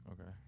Okay